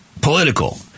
political